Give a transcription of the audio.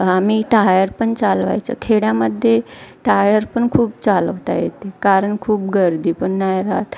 आम्ही टायर पण चालवायचो खेड्यामध्ये टायर पण खूप चालवता येते कारण खूप गर्दी पण नाही राहत